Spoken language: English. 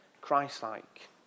Christ-like